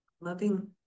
loving